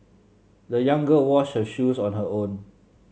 the young girl washed her shoes on her own